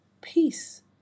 peace